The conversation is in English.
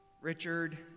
Richard